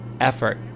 effort